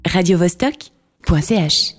radiovostok.ch